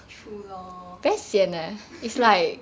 true lor